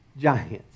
giants